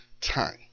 time